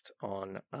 on –